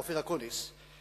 אופיר אקוניס.